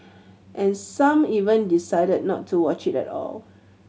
and some even decided not to watch it at all